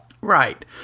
Right